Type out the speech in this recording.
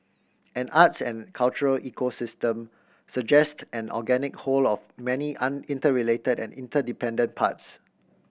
an arts and cultural ecosystem suggest an organic whole of many interrelated and interdependent parts